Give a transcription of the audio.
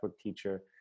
teacher